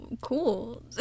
cool